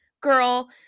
girl